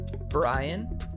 Brian